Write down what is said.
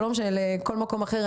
או לכל מקום אחר,